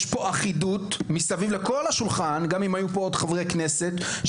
יש פה אחידות מסביב לכל השולחן, לגבי כל